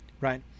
Right